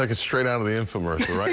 like straight out of the infomercial.